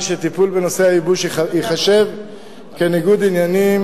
שטיפול בנושא הייבוש ייחשב כניגוד עניינים.